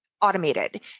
automated